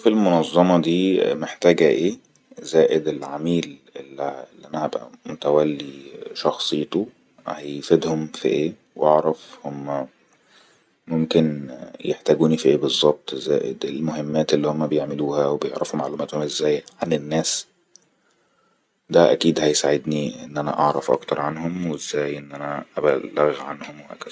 اشوف االمنظمة دي محتاجه ايه إلى زائد العميل اللي هبئا انا متولي شخصيتو هفيدهم في ايه واعرف هم ممكن يحتاجوني في ايه بالزبط زائد المهمات اللي هم بيعملوها وبيعرفوا معلوماتهم ازاي عن الناس ده اكيد هيساعدني ان اعرف اكتر عنهم وازاي ان ابلغ عنهم وهكزا